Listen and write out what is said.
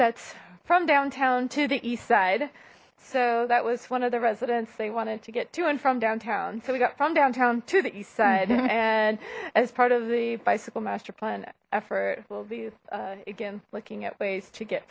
that's from downtown to the east side so that was one of the residents they wanted to get to and from downtown so we got from downtown to the east side and as part of the bicycle master plan effort will be again looking at ways to get